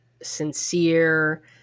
sincere